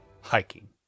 Hiking